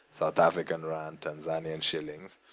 south african rand, tanzanian shillings,